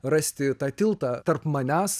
rasti tą tiltą tarp manęs